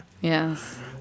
Yes